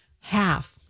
Half